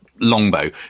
longbow